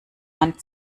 man